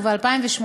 וב-2018,